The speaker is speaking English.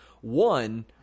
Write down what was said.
one